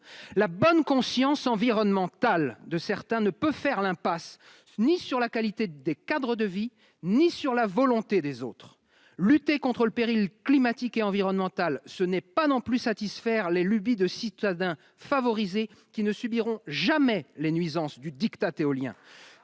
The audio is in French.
la bonne conscience environnementale de certains ne peut faire l'impasse ni sur la qualité des Cadre de vie, ni sur la volonté des autres, lutter contre le péril climatique et environnemental, ce n'est pas non plus satisfaire les lubies de citadins favoriser qui ne subiront jamais les nuisances dues diktats éolien